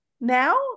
now